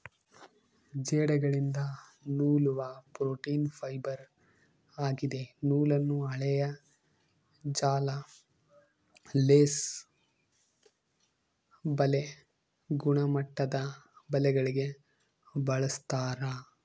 ಜೇಡಗಳಿಂದ ನೂಲುವ protein fibre ಆಗಿದೆ ನೂಲನ್ನು ಹಾಳೆಯ ಜಾಲ ಲೇಸ್ ಬಲೆ ಗುಮ್ಮಟದಬಲೆಗಳಿಗೆ ಬಳಸ್ತಾರ